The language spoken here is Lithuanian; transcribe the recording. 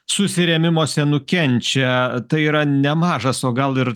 susirėmimuose nukenčia tai yra nemažas o gal ir